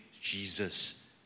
Jesus